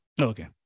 Okay